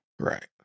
Right